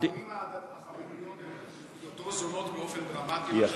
הערים החרדיות יותר זולות באופן דרמטי מאשר ירושלים?